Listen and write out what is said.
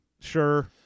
sure